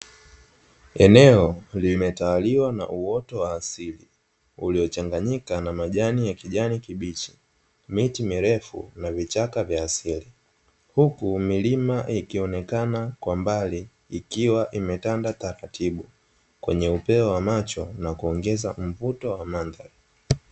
Eneo limetawaliwa na uoto wa asili uliochanganyika na majani ya kijani kibichi, miti mirefu na vichaka vya asili. Huku milima ikionekana kwa mbali ikiwa imetanda taratibu, kwenye upeo wa macho na kuongeza mvuto wa mandhari.